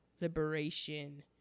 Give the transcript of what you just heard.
Liberation